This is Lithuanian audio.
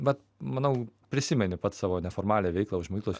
bet manau prisimeni pats savo neformalią veiklą už mokyklos